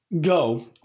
go